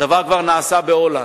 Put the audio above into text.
הדבר כבר נעשה בהולנד,